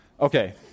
Okay